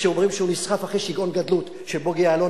כשאומרים שהוא נסחף אחרי שיגעון גדלות של בוגי יעלון,